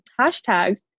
hashtags